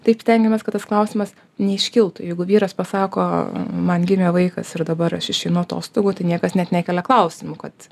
taip stengiamės kad tas klausimas neiškiltų jeigu vyras pasako man gimė vaikas ir dabar aš išeinu atostogų tai niekas net nekelia klausimų kad